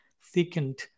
thickened